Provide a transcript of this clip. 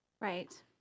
Right